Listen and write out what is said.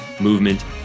movement